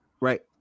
right